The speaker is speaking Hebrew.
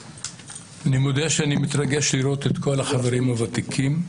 אני מודה שאני מתרגש לראות את כל החברים הוותיקים.